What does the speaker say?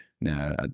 no